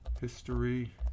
history